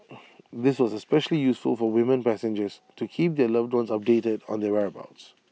this was especially useful for women passengers to keep their loved ones updated on their whereabouts